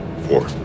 Four